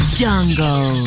jungle